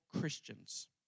Christians